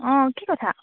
অঁ কি কথা